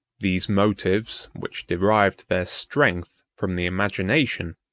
these motives, which derived their strength from the imagination,